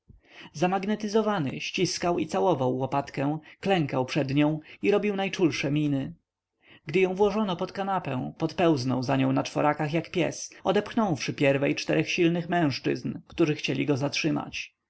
zamagnetyzowany ściskał i całował łopatkę klękał przed nią i robił najczulsze miny gdy ją włożono pod kanapę popełznął za nią na czworakach jak pies odepchnąwszy pierwiej czterech silnych mężczyzn którzy chcieli go zatrzymać